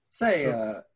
Say